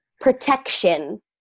protection